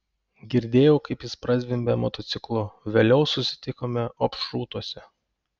girdėjau kaip jis prazvimbė motociklu vėliau susitikome opšrūtuose